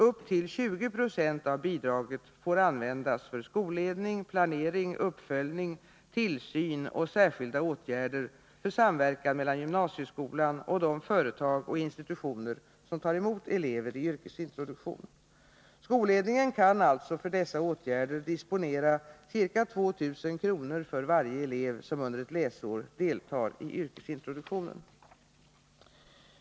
Upp till 20 Yo av bidraget får användas för skolledning, planering, uppföljning, tillsyn kl och särskilda åtgärder för samverkan mellan gymnasieskolan och de företag och institutioner som tar emot elever i yrkesintroduktion. Skolledningen kan alltså för dessa åtgärder disponera ca 2 000 kr. för varje elev som under ett läsår deltar i yrkesintroduktionen.